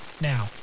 now